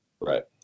Right